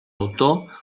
autor